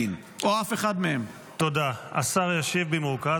--- להתחיל בקריאות?